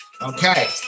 okay